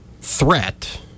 threat